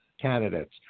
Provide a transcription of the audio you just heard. candidates